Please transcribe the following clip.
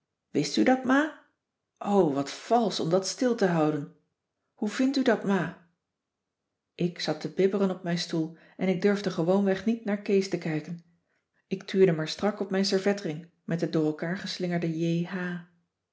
wist u dat ma o wat valsch om dat stil te houden hoe vindt u dat ma ik zat te bibberen op mijn stoel en ik durfde gewoonweg niet naar kees te kijken ik tuurde maar strak op mijn servetring met de door elkaar geslingerde